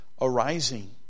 arising